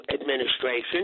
administration